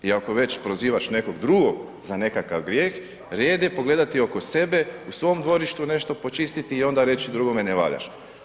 I ako već prozivaš nekog drugog za nekakav grijeh, red je pogledati oko sebe u svom dvorištu nešto počistiti i onda reći drugome ne valjaš.